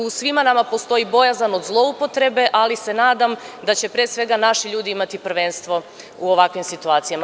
U svima nama postoji bojazan od zloupotrebe, ali se nadam da će pre svega naši ljudi imati prvenstvo u ovakvim situacijama.